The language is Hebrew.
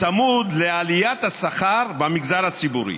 צמוד לעליית השכר במגזר הציבורי.